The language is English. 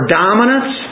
dominance